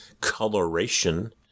coloration